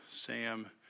Sam